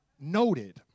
noted